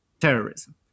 terrorism